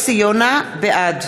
בעד